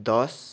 दस